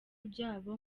byabo